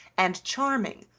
and charming,